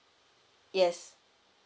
yes